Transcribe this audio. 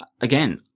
again